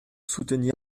soutenir